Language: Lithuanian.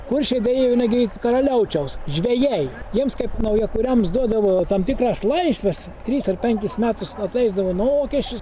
kuršiai daėjo negi iki karaliaučiaus žvejai jiems kaip naujakuriams duodavo tam tikras laisves trys ar penkis metus atleisdavo nuo mokesčius